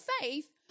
faith